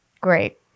Great